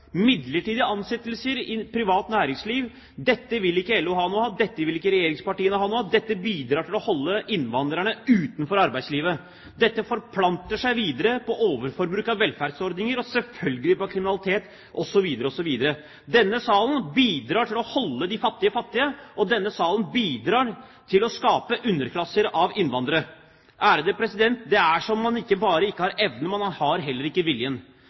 Midlertidige ansettelser i privat næringsliv vil ikke LO ha noe av, og det vil ikke regjeringspartiene ha noe av. Dette bidrar til å holde innvandrerne utenfor arbeidslivet. Dette forplanter seg videre på overforbruk av velferdsordninger, og selvfølgelig på kriminalitet osv. Denne salen bidrar til å holde de fattige fattige, og denne salen bidrar til å skape underklasser av innvandrere. Det ser ikke bare ut som om man ikke har evnen, men man har heller ikke viljen.